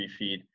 refeed